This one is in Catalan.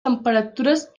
temperatures